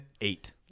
eight